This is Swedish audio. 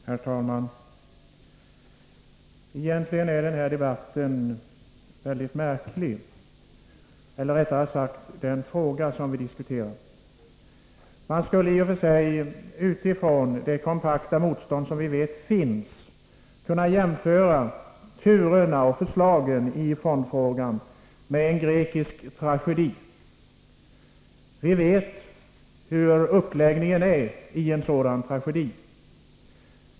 Herr talman! Den här debatten eller rättare sagt den fråga vi diskuterar är egentligen mycket märklig. Utifrån det kompakta motstånd mot löntagarfonder som vi vet finns skulle man kunna jämföra de många turerna i frågan med en grekisk tragedi. Vi känner till uppläggningen i en sådan tragedi.